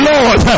Lord